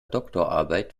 doktorarbeit